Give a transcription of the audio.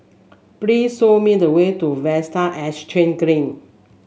please show me the way to Vista Exhange Green